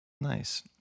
Nice